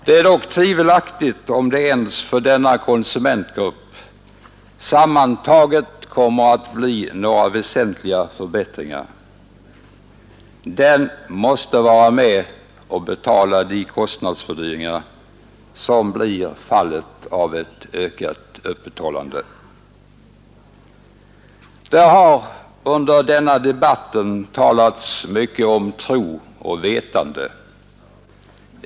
Det är dock tvivelaktigt om det ens för denna konsumentgrupp sammantaget kommer att bli några väsentliga förbättringar; den gruppen måste vara med och betala de kostnadsfördyringar som blir följden av ett ökat öppethållande. Det har under denna debatt talats mycket om tro och vetande.